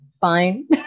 fine